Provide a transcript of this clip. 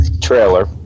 trailer